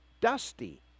dusty